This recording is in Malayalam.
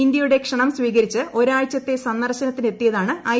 ഇന്ത്യയുടെ ക്ഷണം സ്വീകരിച്ച് ഒരാഴ്ചത്തെ സന്ദർശനത്തിനെത്തിയതാണ് ഐ